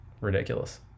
ridiculous